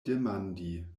demandi